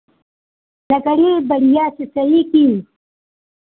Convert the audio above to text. लकड़ी बढ़ियाँ की